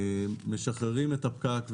משחררים את הפקק,